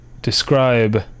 describe